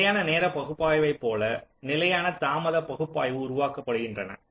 நிலையான நேரப்பகுப்பாய்வை போல நிலையான தாமத பகுப்பாய்வு உருவாக்கப்படுகின்றன